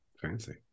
fancy